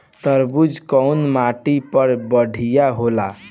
तरबूज कउन माटी पर बढ़ीया होला?